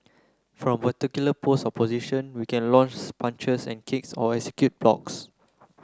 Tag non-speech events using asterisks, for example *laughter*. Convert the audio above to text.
from particular pose or position we can *unintelligible* punches and kicks or execute blocks